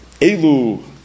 Elu